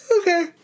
Okay